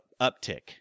uptick